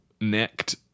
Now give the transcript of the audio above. necked